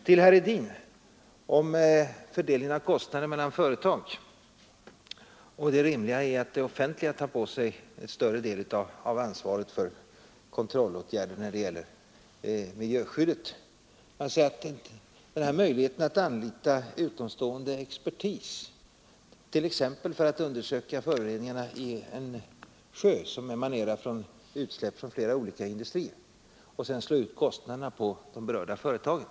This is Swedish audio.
Herr Hedin talade om fördelningen av kostnaderna mellan företag och det rimliga i att det offentliga tar på sig en större del av ansvaret för kontrollåtgärder när det gäller miljöskyddet. Jag vill då peka på möjligheten att anlita utomstående expertis, t.ex. för att undersöka föroreningar i en sjö vilka emanerar från utsläpp från flera olika industrier, och sedan slå ut kostnaderna på de berörda företagen.